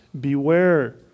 Beware